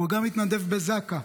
הוא גם התנדב בזק"א.